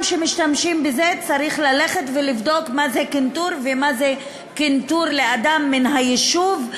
שמשתמשים בזה צריך ללכת ולבדוק מה זה קנטור ומה זה קנטור לאדם מן היישוב,